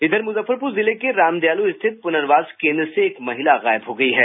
इधर मुजफ्फरपुर जिले के रामदयालु स्थित पुनर्वास केंद्र से एक महिला गायब हो गयी है